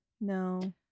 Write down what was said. No